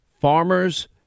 farmers